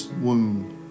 wound